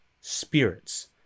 Spirits